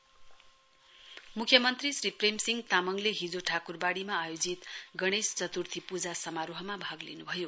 CM मुख्यमन्त्री श्री प्रेम सिंह तामाङले हिजो ठाकुरवाडीमा आयोजित गणेश चतुर्थी पूजा समारोहमा भाग लिनु भयो